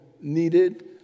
needed